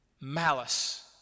malice